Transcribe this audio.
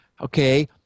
okay